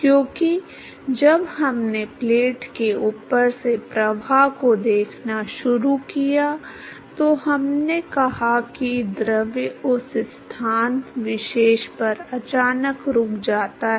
क्योंकि जब हमने प्लेट के ऊपर से प्रवाह को देखना शुरू किया तो हमने कहा कि द्रव उस स्थान विशेष पर अचानक रुक जाता है